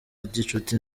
gicuti